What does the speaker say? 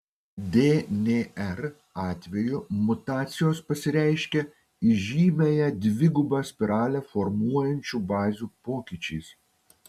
dnr atveju mutacijos pasireiškia įžymiąją dvigubą spiralę formuojančių bazių pokyčiais